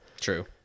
True